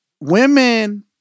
Women